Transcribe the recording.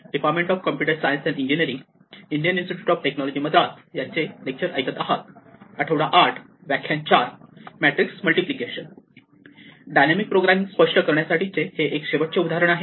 dynamic programming स्पष्ट करण्यासाठी हे एक शेवटचे उदाहरण आहे